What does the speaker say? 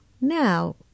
now